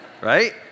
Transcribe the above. Right